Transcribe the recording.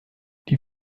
die